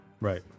Right